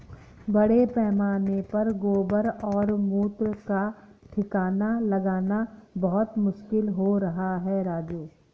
बड़े पैमाने पर गोबर और मूत्र का ठिकाना लगाना बहुत मुश्किल हो रहा है राजू